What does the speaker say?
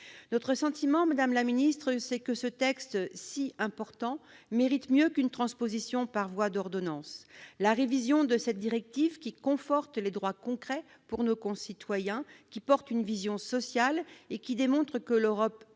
travailleurs. Madame la ministre, nous estimons que ce texte si important mérite mieux qu'une transposition par voie d'ordonnance : la révision de cette directive, qui conforte des droits concrets pour nos concitoyens, qui porte une vision sociale et qui démontre que l'Europe peut